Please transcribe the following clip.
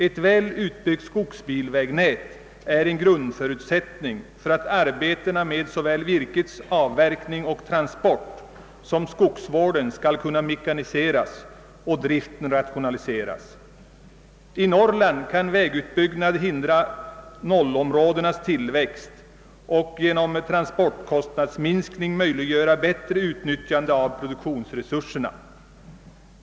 Ett väl utbyggt skogsbilvägnät är en grundförutsättning för att arbetena med såväl virkets avverkning och transport som skogsvården skall kunna mekaniseras och driften rationaliseras. I Norrland kan vägutbyggnad hindra nollområdenas tillväxt och genom minskning av transportkostnaderna möjliggöra bättre utnyttjande av produktionsresurserna.